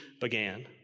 began